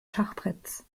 schachbretts